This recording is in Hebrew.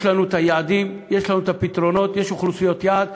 יש לנו יעדים, יש לנו פתרונות, יש אוכלוסיות יעד.